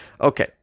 Okay